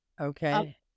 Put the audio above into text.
Okay